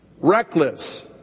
Reckless